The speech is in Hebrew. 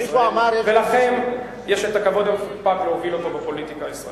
ולכם יש הכבוד המפוקפק להוביל אותו בפוליטיקה הישראלית.